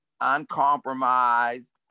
uncompromised